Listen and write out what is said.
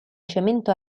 cemento